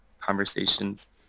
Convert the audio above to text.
Conversations